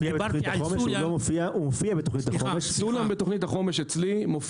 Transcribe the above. דיברתי על סולם --- סולם מופיע בתכנית החומש אצלי.